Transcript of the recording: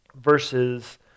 versus